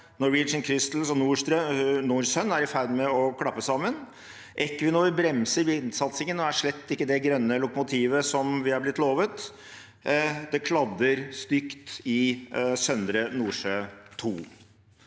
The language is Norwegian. Norwegian Crystals og NorSun – er i ferd med å klappe sammen. Equinor bremser vindsatsingen og er slett ikke det grønne lokomotivet som vi er blitt lovet. Det kladder stygt i Sørlige Nordsjø II.